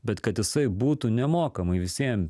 bet kad jisai būtų nemokamai visiem